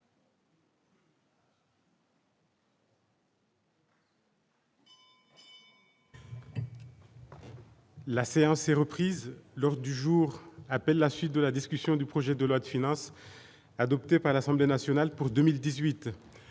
La séance est reprise lors du jour appelle la suite de la discussion du projet de loi de finances adoptées par l'Assemblée nationale pour 2018